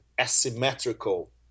asymmetrical